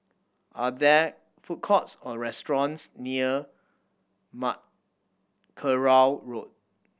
are there food courts or restaurants near Mackerrow Road